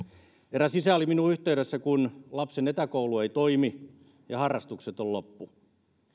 eräs isä oli minuun yhteydessä kun lapsen etäkoulu ei toimi ja harrastukset ovat loppuneet